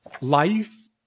life